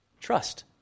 Trust